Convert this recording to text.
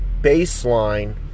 baseline